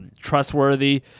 Trustworthy